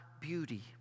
beauty